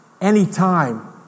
anytime